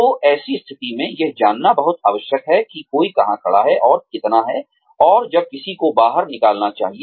तो ऐसी स्थिति में यह जानना बहुत आवश्यक है कि कोई कहां खड़ा है और कितना है और जब किसी को बाहर निकलना चाहिए